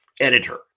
Editor